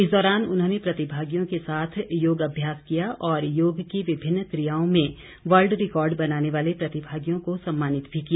इस दौरान उन्होंने प्रतिभागियों के साथ योगा अभ्यास किया और योग की विभिन्न क्रियाओं में वर्ल्ड रिकॉर्ड बनाने वाले प्रतिभागियों को सम्मानित भी किया